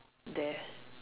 there